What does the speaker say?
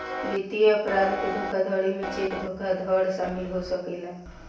वित्तीय अपराध के धोखाधड़ी में चेक धोखाधड़ शामिल हो सकेला